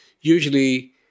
usually